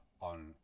on